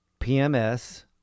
PMS